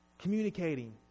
communicating